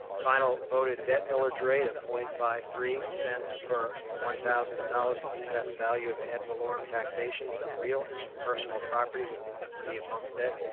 final voted debt millage rate of point five three cents per one thousand dollars of assessed value of ad valorem taxation for real and personal property within the city of homestead.